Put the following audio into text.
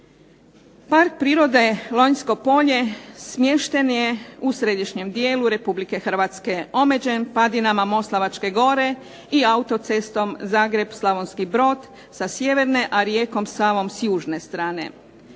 Park prirode Lonjsko polje smješten je u središnjem dijelu RH, omeđen padinama Moslavačke gore i autocestom Zagreb-Slavonski Brod sa sjeverne, a rijekom Savom s južne strane.